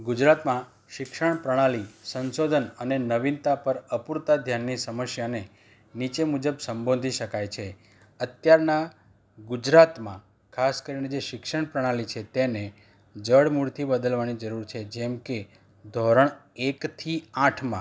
ગુજરાતમાં શિક્ષણ પ્રણાલી સંશોધન અને નવીનતા પર અપૂરતા ઘ્યાનની સમસ્યાને નીચે મુજબ સંબોધી શકાય છે અત્યારનાં ગુજરાતમાં ખાસ કરીને જે શિક્ષણ પ્રણાલી છે તેને જડ મૂળથી બદલવાની જરૂર છે જેમ કે ધોરણ એકથી આઠમાં